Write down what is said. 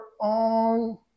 on